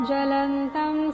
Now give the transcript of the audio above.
Jalantam